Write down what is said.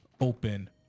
open